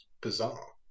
Bizarre